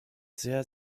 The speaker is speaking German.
sehr